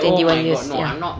twenty one years ya